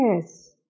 Yes